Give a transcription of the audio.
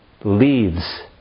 leads